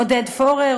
עודד פורר,